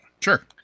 Sure